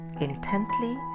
intently